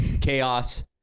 chaos